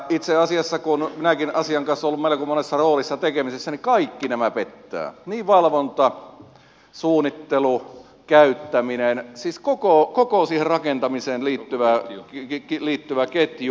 itse asiassa kun minäkin asian kanssa olen ollut melko monessa roolissa tekemisissä kaikki nämä pettävät niin valvonta suunnittelu kuin käyttäminen siis koko siihen rakentamiseen liittyvä ketju